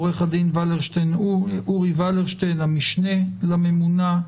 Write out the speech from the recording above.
עורך הדין אורי ולרשטיין, המשנה לממונה,